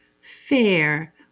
fair